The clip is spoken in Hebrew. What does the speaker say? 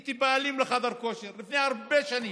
הייתי בעלים של חדר כושר לפני הרבה שנים,